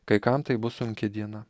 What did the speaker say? kai kam tai bus sunki diena